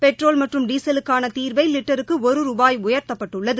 petrol மற்றும் டிசலுக்கான தீர்வை லிட்டருக்கு ஒரு ரூபாய் உயர்த்தப்பட்டுள்ளது